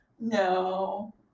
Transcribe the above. no